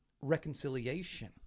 reconciliation